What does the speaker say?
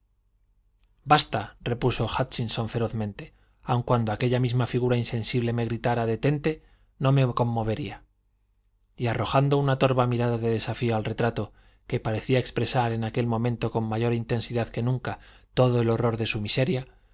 basta repuso hútchinson ferozmente aun cuando aquella misma figura insensible me gritara deténte no me conmovería y arrojando una torva mirada de desafío al retrato que parecía expresar en aquel momento con mayor intensidad que nunca todo el horror de su miseria